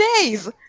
days